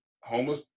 homeless